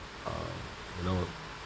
um you know